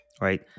Right